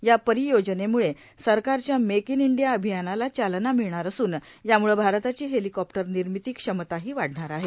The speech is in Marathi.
या परियोजनेमुळे सरकारच्या मेक इन इंडिया अभियानाला चालना मिळणार असून यामुळे भारताची हेलिकॉप्टर निर्मिती क्षमताही वाढणार आहे